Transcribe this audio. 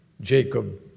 Jacob